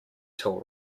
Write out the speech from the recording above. tool